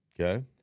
Okay